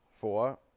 four